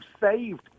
saved